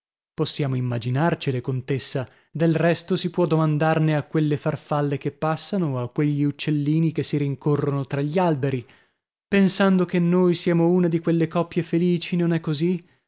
possiamo immaginarcele contessa del resto si può domandarne a quelle farfalle che passano o a quegli uccellini che si rincorrono tra gli alberi pensando che noi siamo una di quelle coppie felici non è così